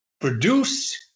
produced